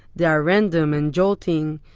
they are random, and jolting.